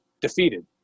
defeated